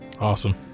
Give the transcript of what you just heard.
Awesome